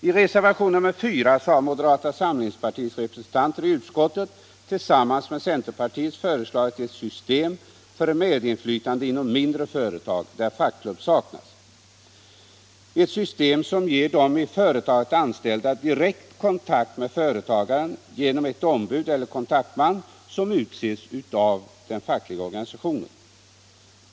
I reservationen 4 har moderata samlingspartiets representanter i utskottet tillsammans med centerpartiet föreslagit et system för medinflytande inom mindre företag där fackklubb saknas — ett system som ger de i företaget anställda direkt kontakt med företagaren genom ombud eller kontaktman som utses av den fackliga organisationen.